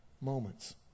moments